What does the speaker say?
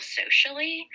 socially